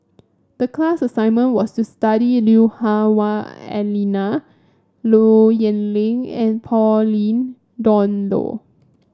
the class assignment was to study Lui Hah Wah Elena Low Yen Ling and Pauline Dawn Loh